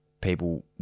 people